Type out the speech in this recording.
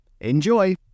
Enjoy